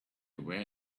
were